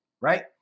right